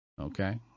Okay